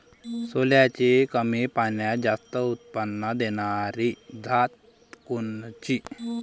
सोल्याची कमी पान्यात जास्त उत्पन्न देनारी जात कोनची?